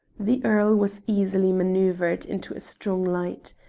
the earl was easily manoeuvred into a strong light.